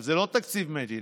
זה לא תקציב מדינה,